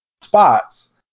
spots